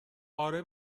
اره